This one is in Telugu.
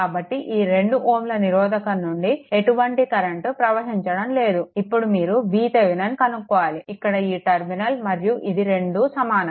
కాబట్టి ఈ 2Ω నిరోధకం నుండి ఎటువంటి కరెంట్ ప్రవహించడం లేదు ఇప్పుడు మీరు VThevenin కనుక్కోవాలి ఇక్కడ ఈ టర్మినల్ మరియు ఇది రెండు సమానం